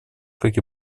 как